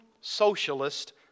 socialist